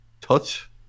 Touch